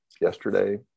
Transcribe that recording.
yesterday